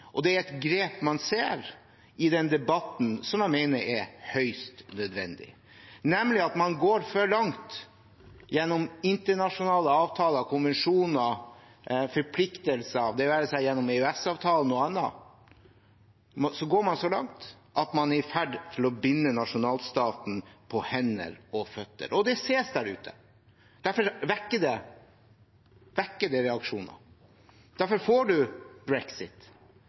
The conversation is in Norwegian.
og det er et grep man ser i den debatten som man mener er høyst nødvendig, nemlig at man går så langt gjennom internasjonale avtaler, konvensjoner, forpliktelser – det være seg gjennom EØS-avtalen eller annet – at man er i ferd med å binde nasjonalstaten på hender og føtter. Det ses der ute. Derfor vekker det reaksjoner, derfor får man brexit,